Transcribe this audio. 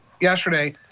yesterday